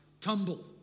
tumble